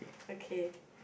okay